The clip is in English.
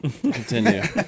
Continue